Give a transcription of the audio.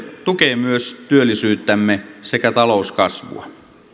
tukee myös työllisyyttämme sekä talouskasvua